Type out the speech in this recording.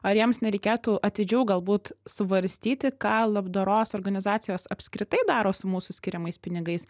ar jiems nereikėtų atidžiau galbūt svarstyti ką labdaros organizacijos apskritai daro su mūsų skiriamais pinigais